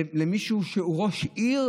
למישהו שהוא ראש עיר,